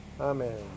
Amen